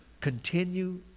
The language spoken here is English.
Continue